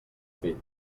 fill